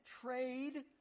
trade